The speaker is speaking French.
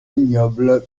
ignoble